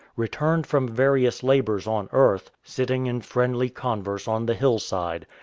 returned from various labours on earth, sitting in friendly converse on the hill-side,